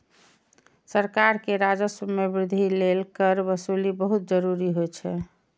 सरकार के राजस्व मे वृद्धि लेल कर वसूली बहुत जरूरी होइ छै